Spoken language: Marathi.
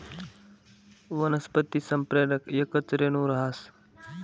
वनस्पती संप्रेरक येकच रेणू रहास